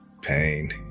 pain